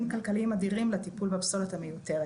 כלכליים אדירים לטיפול בפסולת המיותרת,